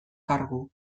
kargu